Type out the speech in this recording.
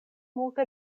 multe